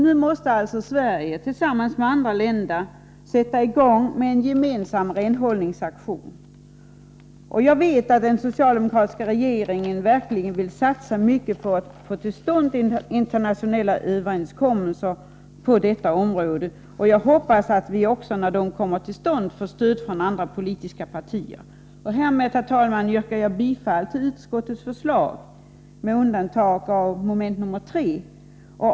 Nu måste Sverige tillsammans med andra länder sätta i gång en gemensam renhållningsaktion. Jag vet att den socialdemokratiska regeringen verkligen vill satsa mycket på att få till stånd internationella överenskommelser på detta område. Jag hoppas att vi i det arbetet får stöd också från andra politiska partier. Med detta, herr talman, yrkar jag bifall till utskottets hemställan med undantag av hemställan under mom. 3, där jag yrkar bifall till reservation 1.